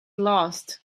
lost